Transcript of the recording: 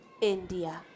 India